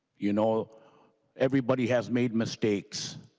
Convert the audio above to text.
you know everybody has made mistakes.